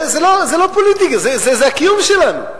זה לא פוליטיקה, זה הקיום שלנו.